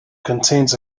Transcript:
contains